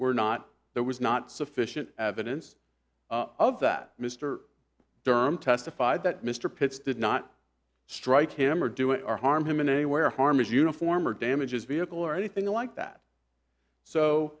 were not there was not sufficient evidence of that mr derm testified that mr pitts did not strike him or do it or harm him in a where harm is uniform or damages vehicle or anything like that so